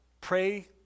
pray